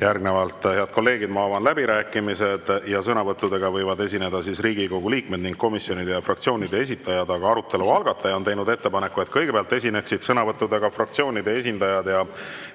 Järgnevalt, head kolleegid, avan ma läbirääkimised. Sõnavõttudega võivad esineda Riigikogu liikmed ning komisjonide ja fraktsioonide esindajad. Arutelu algataja on teinud ettepaneku, et kõigepealt esineksid sõnavõttudega fraktsioonide esindajad.